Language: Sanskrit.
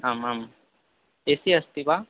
आम् आम् ए सि अस्ति वा